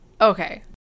Okay